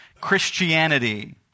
Christianity